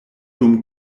dum